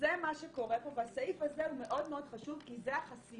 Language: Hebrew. זה מה שקורה פה והסעיף הזה הוא מאוד חשוב כי זאת החסימה